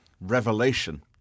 revelation